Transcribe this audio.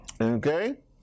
Okay